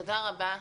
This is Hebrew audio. תודה רבה.